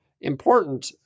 important